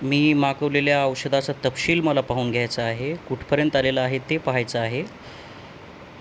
मी मागवलेल्या औषधाचा तपशील मला पाहून घ्यायचा आहे कुठपर्यंत आलेलं आहे ते पहायचं आहे